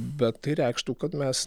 bet tai reikštų kad mes